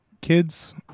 kids